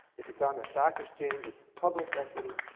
if it's on the stock exchange, it's public equity.